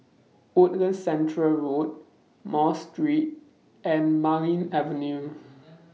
Woodlands Centre Road Mosque Street and Marlene Avenue